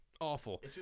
Awful